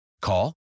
Call